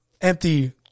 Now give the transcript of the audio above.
Empty